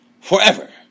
forever